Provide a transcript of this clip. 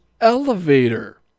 elevator